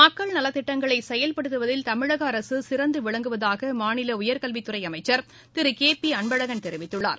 மக்கள் நலத்திட்டங்களை செய்படுத்துவதில் தமிாக அரசு சிறந்து விளங்குவதாக மாநில உயர்கல்வித்துறை அமைச்சர் திரு கே பி அன்பழகன் தெரிவித்துள்ளார்